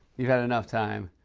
you've had enough time.